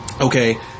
Okay